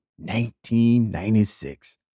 1996